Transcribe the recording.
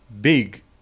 big